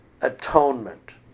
atonement